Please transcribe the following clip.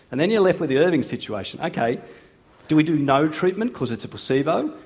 and then you're left with the irving situation. ok, do we do no treatment because it's a placebo?